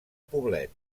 poblet